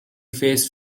face